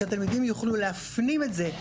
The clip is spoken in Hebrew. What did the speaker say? שהתלמידים יוכלו להפנים את זה,